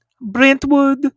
Brentwood